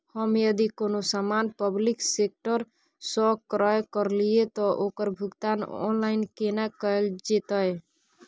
हम यदि कोनो सामान पब्लिक सेक्टर सं क्रय करलिए त ओकर भुगतान ऑनलाइन केना कैल जेतै?